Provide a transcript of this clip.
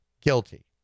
guilty